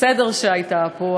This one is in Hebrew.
סדר שהיה פה,